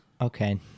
Okay